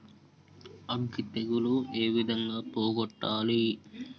అగ్గి తెగులు ఏ విధంగా పోగొట్టాలి?